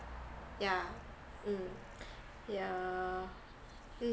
yeah mm yeah mm